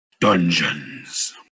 dungeons